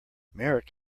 marek